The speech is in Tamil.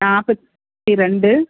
நாற்பத்தி ரெண்டு